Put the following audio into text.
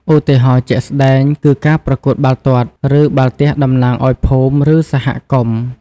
ឧទាហរណ៍ជាក់ស្តែងគឺ ការប្រកួតបាល់ទាត់ ឬបាល់ទះតំណាងឲ្យភូមិ ឬសហគមន៍។